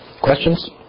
questions